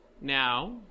now